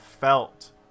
felt